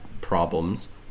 problems